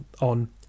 on